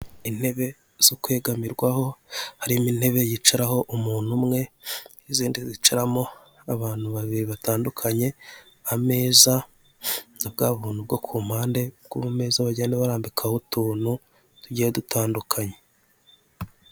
Intebe zo kwegamirwaho harimo intebe yicaraho umuntu umwe, n'izindi hicaramo abantu babiri batandukanye, ameza, na bwabuntu bwo ku mpande rw'ameza bagenda barambika utuntu tugiye dutandukanye.